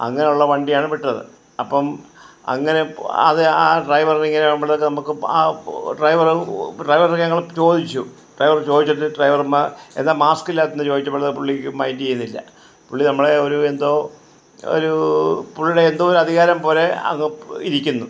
അങ്ങനുള്ള വണ്ടിയാണ് വിട്ടത് അപ്പം അങ്ങനെ അത് ആ ഡ്രൈവറിനെ ഇങ്ങനെ നമ്മളെ നമുക്ക് ആ ഡ്രൈവറ് ഡ്രൈവറിനെ ഞങ്ങൾ ചോദിച്ചു ഡ്രൈവറ് ചോദിച്ചിട്ട് ഡ്രൈവറ് എന്താ മാസ്ക്കില്ലാത്തേന്ന് ചോദിച്ചപ്പോൾ പുള്ളി മൈൻഡ് ചെയ്തില്ല പുള്ളി നമ്മളെ ഒരു എന്തൊ ഒരു പുള്ളീടെ എന്തോ ഒരു അധികാരം പോലെ അങ്ങ് ഇരിക്കുന്നു